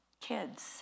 kids